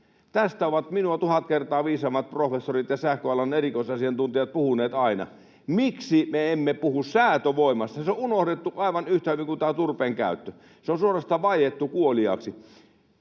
Tästä ovat minua tuhat kertaa viisaammat professorit ja sähköalan erikoisasiantuntijat puhuneet aina: miksi me emme puhu säätövoimasta? Se on unohdettu aivan yhtä hyvin kuin turpeen käyttö. Se on suorastaan vaiettu kuoliaaksi.